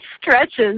stretches